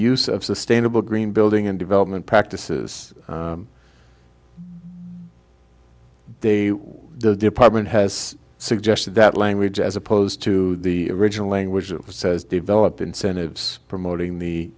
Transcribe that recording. use of sustainable green building and development practices they the department has suggested that language as opposed to the original language it says develop incentives promoting the